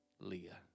Leah